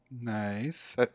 Nice